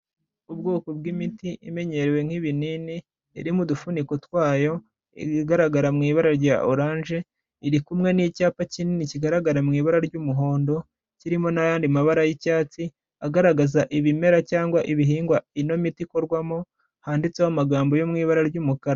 Ubwoko bw'imiti imenyerewe nk'ibinini iri mu dufuniko twayo, igaragara mu ibara rya oranje iri kumwe n'icyapa kinini kigaragara mu ibara ry'umuhondo, kirimo n'ayandi mabara y'icyatsi, agaragaza ibimera cyangwa ibihingwa ino miti ikorwamo handitseho amagambo yo mu ibara ry'umukara.